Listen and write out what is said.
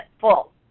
full